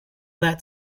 that